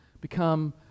become